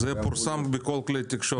יחול --- זה פורסם בכל כלי תקשורת.